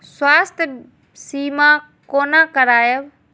स्वास्थ्य सीमा कोना करायब?